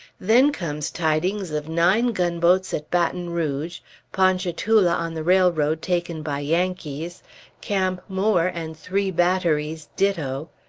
then comes tidings of nine gunboats at baton rouge ponchatoula on the railroad taken by yankees camp moore and three batteries, ditto.